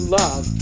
love